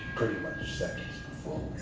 pretty much seconds before